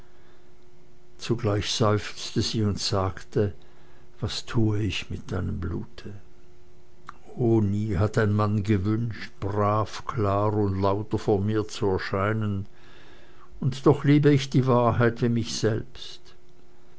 zugleich seufzte sie und sagte was tue ich mit deinem blute oh nie hat ein mann gewünscht brav klar und lauter vor mir zu erscheinen und doch liebe ich die wahrheit wie mich selbst